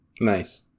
Nice